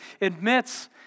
admits